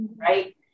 right